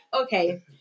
Okay